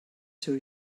seu